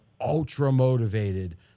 ultra-motivated